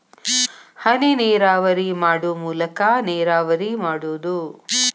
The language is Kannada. ಹನಿನೇರಾವರಿ ಮಾಡು ಮೂಲಾಕಾ ನೇರಾವರಿ ಮಾಡುದು